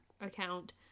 account